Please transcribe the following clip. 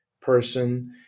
person